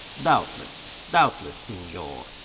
doubtless, doubtless, senor.